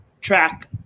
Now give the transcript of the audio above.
track